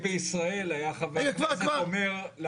תגיד כך אם נגיד בישראל היה חבר כנסת אומר לערבים אתם פה בטעות?